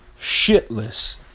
shitless